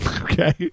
Okay